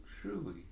truly